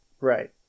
right